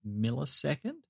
millisecond